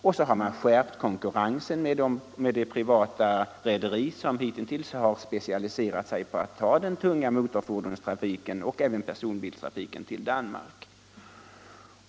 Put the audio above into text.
Därför har man skärpt konkurrensen med det privatägda rederi som hittills specialiserat Nr 73 sig på den tunga motorfordonstrafiken och även personbilstrafiken till Måndagen den Danmark.